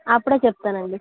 అప్పుడు చెప్తాను అండి